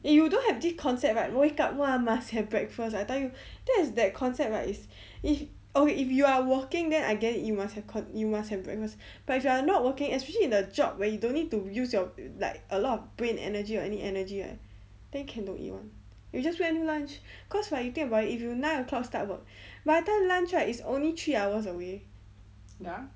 if you don't have this concept right wake up !wah! must have breakfast I tell you that is that concept is if okay if you are working then I guess you must have you must have breakfast but if you are not working especially in a job where you don't need to use your like a lot of brain energy or any energy right then you can don't eat [one] you just wait until lunch cause what you think about it if you nine o'clock start work by the time lunch right is only three hours away